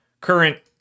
current